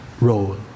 role